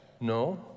No